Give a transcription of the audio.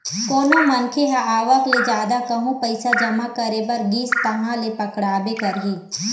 कोनो मनखे ह आवक ले जादा कहूँ पइसा जमा करे बर गिस तहाँ ले पकड़ाबे करही